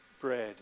bread